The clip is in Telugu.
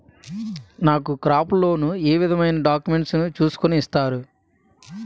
నాకు క్రాప్ లోన్ ఏ విధమైన డాక్యుమెంట్స్ ను చూస్కుని ఇస్తారు?